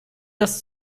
das